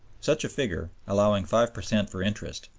such a figure, allowing five per cent for interest,